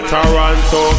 Toronto